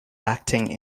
acting